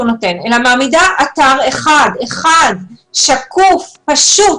נותן אלא מעמידה אתר אחד אתר אחד שקוף ופשוט